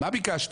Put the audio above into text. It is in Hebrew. מה ביקשתי?